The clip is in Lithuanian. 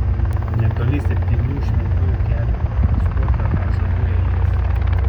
netoli septynių šventųjų kelio bet užstotą ąžuolų eilės